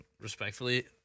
Respectfully